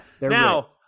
Now